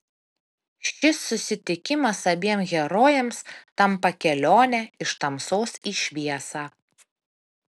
šis susitikimas abiem herojėms tampa kelione iš tamsos į šviesą